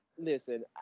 Listen